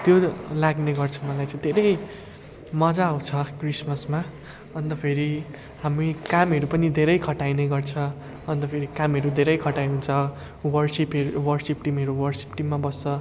त्यो लाग्ने गर्छ मलाई चाहिँ धेरै मजा आउँछ क्रिस्मसमा अन्त फेरि हामी कामहरू पनि धेरै खटाइने गर्छ अन्त फेरि कामहरू धेरै खटाइ हुन्छ वर्सिपहरू वर्सिप टिमहरू वर्सिप टिममा बस्छ